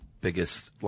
biggest